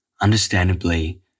Understandably